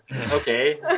Okay